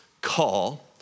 call